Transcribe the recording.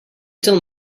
till